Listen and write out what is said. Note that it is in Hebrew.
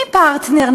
מי פרטנר?